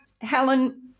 Helen